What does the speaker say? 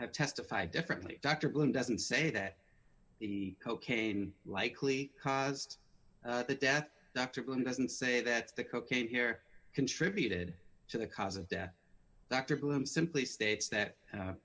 have testified differently dr blum doesn't say that the cocaine likely caused the death dr doesn't say that the cocaine here contributed to the cause of death dr bloom simply states that